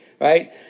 right